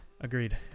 Agreed